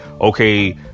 okay